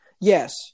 Yes